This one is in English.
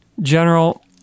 General